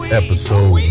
episode